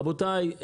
רבותיי,